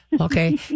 Okay